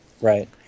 Right